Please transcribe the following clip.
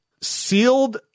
sealed